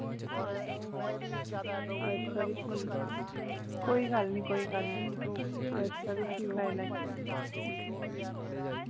कोई गल्ल नि कोई गल्ल नि अस पढ़ाई लैगे